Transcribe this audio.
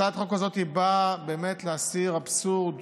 הצעת החוק הזאת באה להסיר אבסורד